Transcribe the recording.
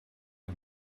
and